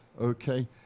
okay